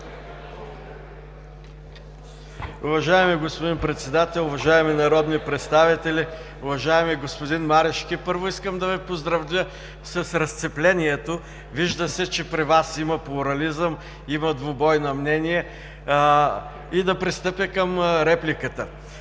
Уважаеми господин Председател, уважаеми народни представители, уважаеми господин Марешки! Първо, искам да Ви поздравя с разцеплението – вижда се, че при Вас има плурализъм, има двубой на мнения. Да пристъпя към репликата.